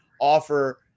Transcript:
offer